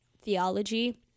theology